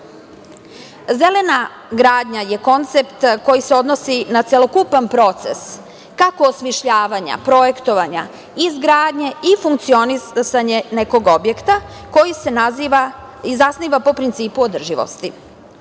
nivou. Zelena gradnja je koncept koji se odnosi na celokupan proces kako osmišljavanja, projektovanja, izgradnje i funkcionisanje nekog objekta koji se zasniva na principu održivosti.